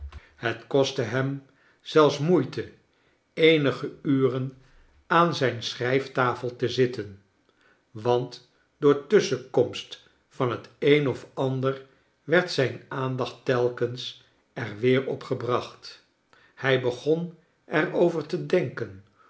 het kostte hem zelfs moeite eenige uren aan zijn schrijftafel te zitten want door tusschenkomst van het een of ander werd zijn aandacht telkens er weer op gebracht hij begon er over te denken